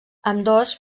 ambdós